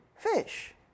fish